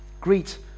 greet